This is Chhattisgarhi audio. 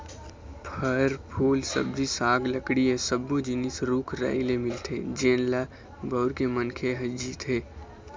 फर, फूल, सब्जी साग, लकड़ी ए सब्बो जिनिस रूख राई ले मिलथे जेन ल बउर के मनखे ह जीथे